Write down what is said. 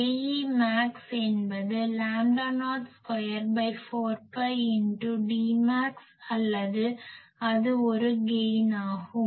Aemax என்பது lambda naught ஸ்கொயர்4பை×Dmax அல்லது அது ஒரு கெய்ன் ஆகும்